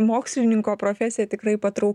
mokslininko profesiją tikrai patrauklia